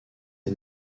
est